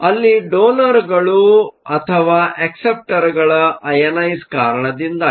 ಅಲ್ಲಿ ಡೊನರ್ಗಳು ಅಥವಾ ಅಕ್ಸೆಪ್ಟರ್ಗಳ ಅಯನೈಸ಼್ ಕಾರಣದಿಂದಾಗಿದೆ